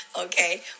Okay